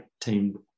team